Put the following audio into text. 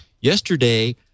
Yesterday